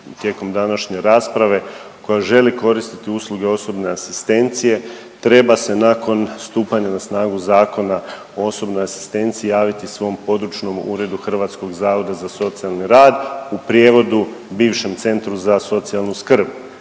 tijekom današnje rasprave, koja želi koristiti usluge osobne asistencije treba se nakon stupanja na snagu Zakona o osobnoj asistenciji javiti svom područnom uredu Hrvatskog zavoda za socijalni rad, u prijevodu, bivšem centru za socijalnu skrb.